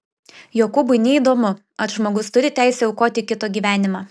jokūbui neįdomu ar žmogus turi teisę aukoti kito gyvenimą